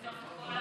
לפתוח את כל,